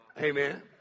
Amen